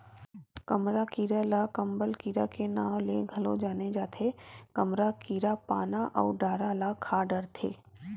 कमरा कीरा ल कंबल कीरा के नांव ले घलो जाने जाथे, कमरा कीरा पाना अउ डारा ल खा डरथे